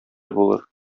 булыр